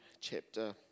chapter